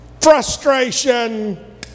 frustration